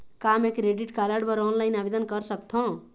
का मैं credit card बर ऑनलाइन आवेदन कर सकथों?